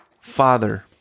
Father